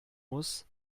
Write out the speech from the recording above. muss